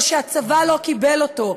או שהצבא לא קיבל אותו.